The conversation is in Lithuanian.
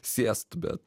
sėst bet